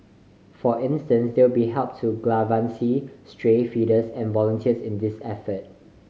for instance they will be help to galvanise stray feeders and volunteers in these effort